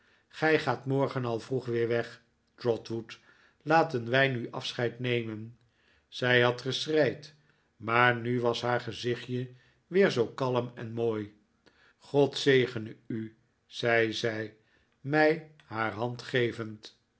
gij gaat morgen al vroeg weer weg trotwood laten wij nu afscheid nemen zij had geschreid maar nu was haar gezichtje weer zoo kalm en mooi god zegene u zei zij mij haar hand gevend